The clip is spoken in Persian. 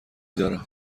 دارم